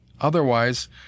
Otherwise